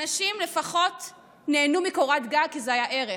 אנשים לפחות נהנו מקורת גג, כי זה היה ערך.